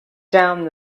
down